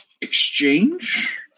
exchange